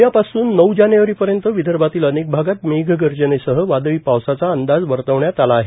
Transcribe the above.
उद्यापासून नऊ जानेवारीपर्यंत विदर्भातील अनेक भागात मेघगर्जनेसह वादळीपावसाचा अंदाज वर्तवण्यात आला आहे